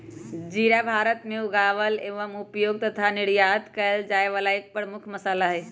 जीरा भारत में उगावल एवं उपयोग तथा निर्यात कइल जाये वाला एक प्रमुख मसाला हई